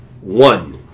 one